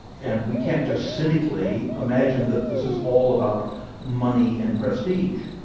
and we can't just cynically imagine that this is all about money and prestige.